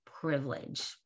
privilege